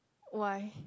why